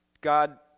God